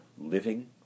living